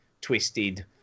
twisted